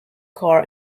car